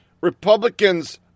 Republicans